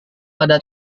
pada